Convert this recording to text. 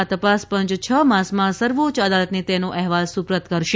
આ તપાસપંય છ માસમાં સર્વોચ્ય અદાલતને તેનો અહેવાલ સુપ્રત કરશે